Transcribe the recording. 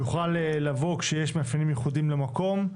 יוכל לבוא כשיש מאפיינים ייחודיים למקום.